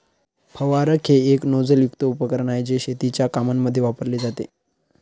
फवारक हे एक नोझल युक्त उपकरण आहे, जे शेतीच्या कामांमध्ये वापरले जाते